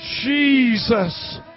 Jesus